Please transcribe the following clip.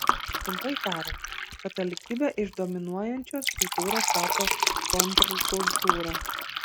trumpai tariant katalikybė iš dominuojančios kultūros tapo kontrkultūra